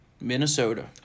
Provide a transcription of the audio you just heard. Minnesota